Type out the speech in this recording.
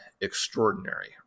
extraordinary